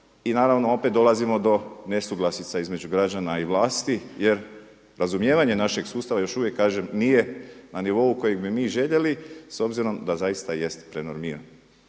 i naravno opet dolazimo do nesuglasica između građana i vlasti jer razumijevanje našeg sustava još uvijek nije na nivou kojeg bi mi željeli s obzirom da zaista jest prenormiran.